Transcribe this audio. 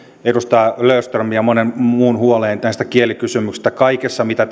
edustaja löfströmin ja monen muun huoleen tästä kielikysymyksestä että kaikessa mitä